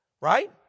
Right